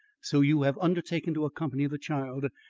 so you have undertaken to accompany the child.